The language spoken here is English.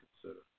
consider